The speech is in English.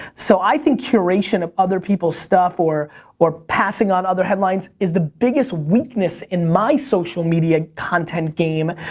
so i think curation of other people's stuff or or passing on other headlines is the biggest weakness in my social media content game.